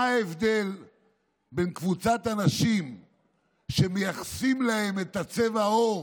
מה ההבדל בין קבוצת אנשים שמייחסים להם את צבע העור